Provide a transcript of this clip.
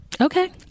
Okay